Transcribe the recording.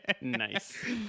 Nice